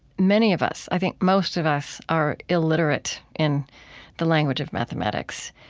many of us, i think most of us are illiterate in the language of mathematics.